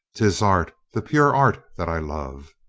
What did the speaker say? tis art, the pure art, that i love.